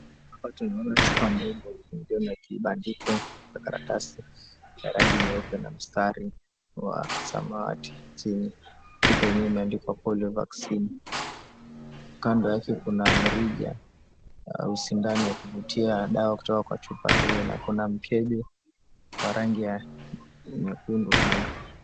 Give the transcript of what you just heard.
Hapa tunaona chupa ndogo iliyo na kibandiko cha karatasi cha rangi nyeupe na mstari wa samawati chini chupa yenyewe imeandikwa Polio Vaccine. Kando yake kuna mrija au sindano ya kuvutia dawa kutoka kwa chupa hio na kuna mkebe wa rangi ya nyekundu kando.